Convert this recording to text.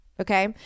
Okay